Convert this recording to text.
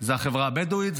זו החברה הבדואית,